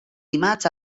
dimarts